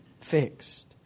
fixed